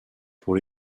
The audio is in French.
pour